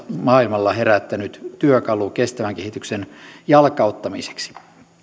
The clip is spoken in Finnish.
maailmalla herättänyt työkalu kestävän kehityksen jalkauttamiseksi